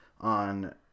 on